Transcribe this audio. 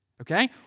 Okay